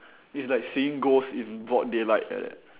this like seeing ghost in broad daylight like that